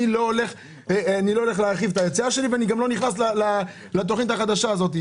לא הולך להרחיב את ההיצע שלי ואני גם לא נכנס לתוכנית החדשה הזאת.